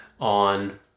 on